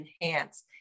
enhance